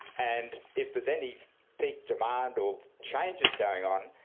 and if there's any peak demand or changes going on,